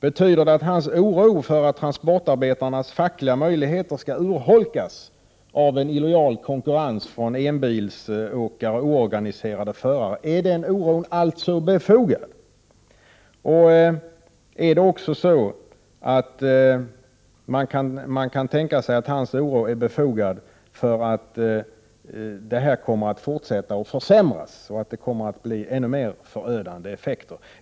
Betyder det att hans oro för att transportarbetarnas fackliga möjligheter skall urholkas av en illojal konkurrens från enbilsåkare och oorganiserade förare är befogad? Kan man tänka sig att hans oro för att detta kommer att försämras ytterligare och att effekterna kommer att bli ännu mer förödande är befogad?